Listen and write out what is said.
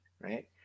right